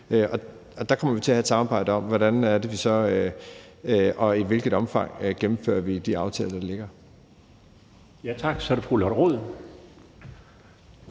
Og der kommer vi til at have et samarbejde om, hvordan og i hvilket omfang vi gennemfører de aftaler, der ligger. Kl. 12:34 Den fg. formand